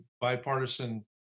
bipartisan